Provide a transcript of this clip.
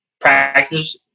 practice